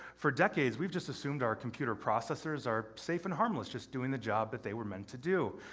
for decades we've just assumed our computer processors are safe and harmless, just doing the job that they were meant to do.